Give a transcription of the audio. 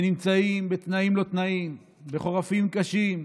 נמצאים בתנאים לא תנאים, בחורפים קשים,